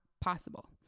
possible